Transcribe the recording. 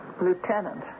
Lieutenant